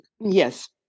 yes